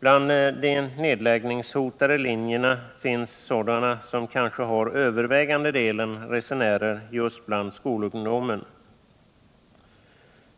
Bland de nedläggningshotade linjerna finns sådana som kanske har den övervägande delen resenärer just bland skolungdomen.